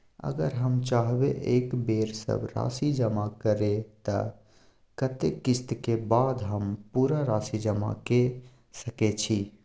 अगर हम चाहबे एक बेर सब राशि जमा करे त कत्ते किस्त के बाद हम पूरा राशि जमा के सके छि?